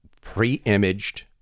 pre-imaged